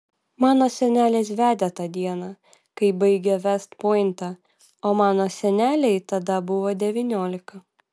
mano senelis vedė tą dieną kai baigė vest pointą o mano senelei tada buvo devyniolika